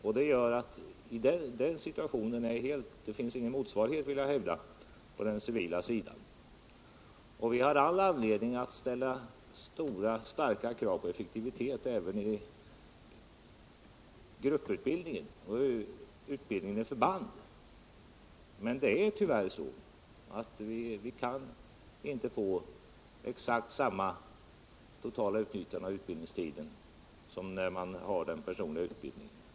Jag vill hävda att det inte finns någon motsvarighet på den civila sidan. Vi har all anledning att ställa starka krav på effektivitet även i grupputbildningen. Men tyvärr kan vi inte få fram samma totala utnyttjande av utbildningstiden som när det är fråga om personlig utbildning.